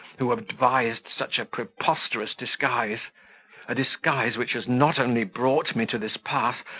who advised such a preposterous disguise a disguise which has not only brought me to this pass,